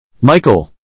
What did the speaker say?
Michael